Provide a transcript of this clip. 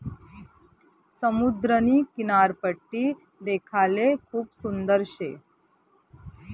समुद्रनी किनारपट्टी देखाले खूप सुंदर शे